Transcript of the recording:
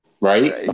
Right